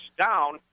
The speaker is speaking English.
down